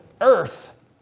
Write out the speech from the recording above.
earth